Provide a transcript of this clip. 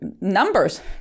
numbers